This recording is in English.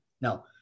now